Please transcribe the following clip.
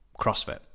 CrossFit